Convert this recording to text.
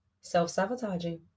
self-sabotaging